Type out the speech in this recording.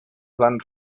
seine